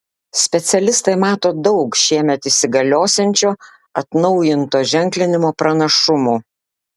specialistai mato daug šiemet įsigaliosiančio atnaujinto ženklinimo pranašumų